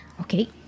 okay